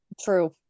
true